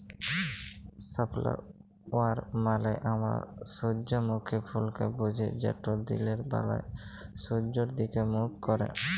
sunflower মালে আমরা সূজ্জমুখী ফুলকে বুঝি যেট দিলের ব্যালায় সূয্যের দিগে মুখ ক্যারে